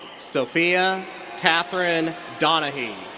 sophia kathryn donaghy.